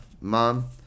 mom